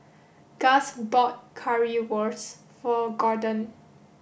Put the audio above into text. gus bought Currywurst for Gordon